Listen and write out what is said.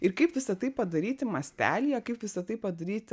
ir kaip visa tai padaryti mastelyje kaip visa tai padaryt